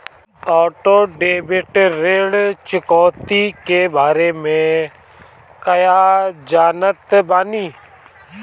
Auto debit ऋण चुकौती के बारे में कया जानत बानी?